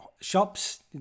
shops